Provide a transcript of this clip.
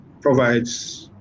provides